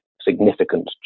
significant